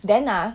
then ah